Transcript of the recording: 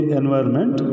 environment